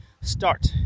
start